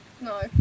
no